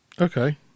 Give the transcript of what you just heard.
Okay